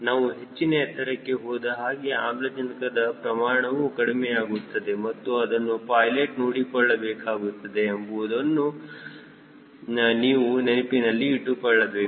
ನಾವು ಹೆಚ್ಚಿನ ಎತ್ತರಕ್ಕೆ ಹೋದಹಾಗೆ ಆಮ್ಲಜನಕದ ಪ್ರಮಾಣವು ಕಡಿಮೆಯಾಗುತ್ತದೆ ಮತ್ತು ಅದನ್ನು ಪೈಲೆಟ್ ನೋಡಿಕೊಳ್ಳಬೇಕಾಗಿದೆ ಎಂಬುದನ್ನು ನೀವು ನೆನಪಿನಲ್ಲಿ ಇಟ್ಟುಕೊಳ್ಳಬೇಕು